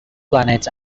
planets